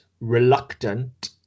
reluctant